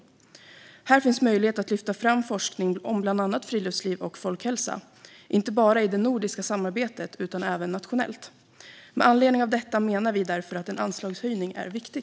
Här finns möjlighet att lyfta fram forskning om bland annat friluftsliv och folkhälsa, inte bara i det nordiska samarbetet utan även nationellt. Med anledning av detta menar vi att en anslagshöjning är viktig.